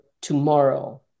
tomorrow